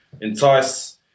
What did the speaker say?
Entice